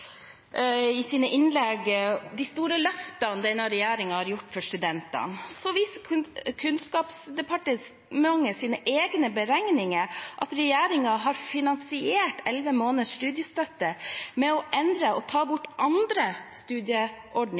i sine innlegg de store løftene denne regjeringen har gjort for studentene. Så viser Kunnskapsdepartementets egne beregninger at regjeringen har finansiert elleve måneders studiestøtte med å endre og ta bort andre studieordninger